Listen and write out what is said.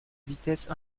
vitesse